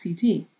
CT